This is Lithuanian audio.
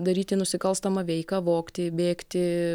daryti nusikalstamą veiką vogti bėgti